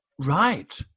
right